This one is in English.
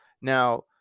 Now